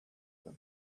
them